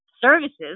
services